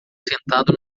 sentado